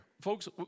folks